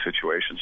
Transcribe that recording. situations